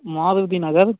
Maruti Nagar